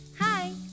Hi